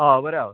हय बरें आं